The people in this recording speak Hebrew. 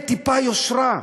אין טיפת יושרה.